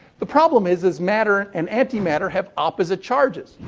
the problem is, is matter and anti-matter have opposite charges.